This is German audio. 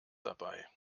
dabei